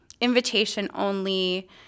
invitation-only